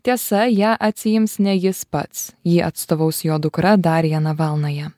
tiesa ją atsiims ne jis pats jį atstovaus jo dukra darija navalnaja